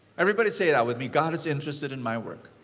everybody say that with me, god is interested in my work.